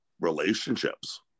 relationships